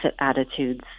attitudes